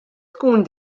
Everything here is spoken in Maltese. tkun